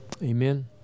Amen